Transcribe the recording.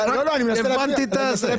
תסביר